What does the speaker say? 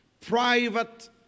private